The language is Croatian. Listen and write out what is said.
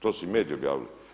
To su i mediji objavili.